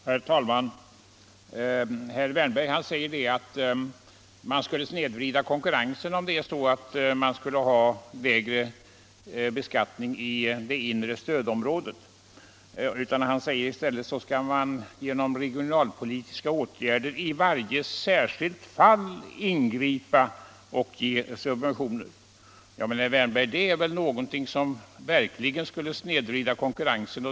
Herr talman! Herr Wärnberg säger att konkurrensen skulle snedvridas om man hade lägre beskattning i det inre stödområdet. I stället skall man, säger han, genom regionalpolitiska åtgärder i varje särskilt fall ingripa och ge subventioner. Men, herr Wärnberg, det är väl någonting som verkligen skulle snedvrida konkurrensen!